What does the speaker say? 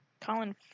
Colin